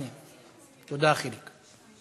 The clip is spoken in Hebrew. תודה, חיליק.